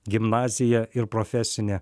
gimnazija ir profesinė